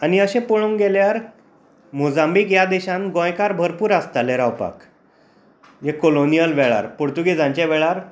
आनी अशें पळोवंक गेल्यार मोजांबिक ह्या देशांत गोंयकार भरपूर आसताले रावपाक जे कॉलोनीयल वेळार पुर्तुगीजाच्या वेळार